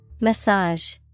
Massage